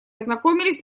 ознакомились